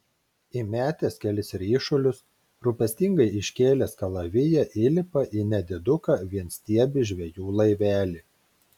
įmetęs kelis ryšulius rūpestingai iškėlęs kalaviją įlipa į nediduką vienstiebį žvejų laivelį